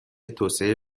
توسعه